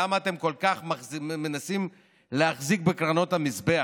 למה אתם כל כך מנסים להחזיק בקרנות המזבח?